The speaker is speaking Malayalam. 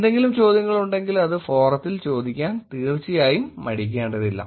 എന്തെങ്കിലും ചോദ്യങ്ങളുണ്ടെങ്കിൽ അത് ഫോറത്തിൽ ചോദിയ്ക്കാൻ തീർച്ചയായും മടിക്കേണ്ടതില്ല